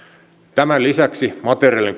tämän lisäksi materiaalien